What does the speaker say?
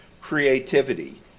Creativity